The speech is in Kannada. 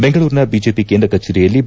ಬೆಂಗಳೂರಿನ ಬಿಜೆಪಿ ಕೇಂದ್ರ ಕಚೇರಿಯಲ್ಲಿ ಬಿ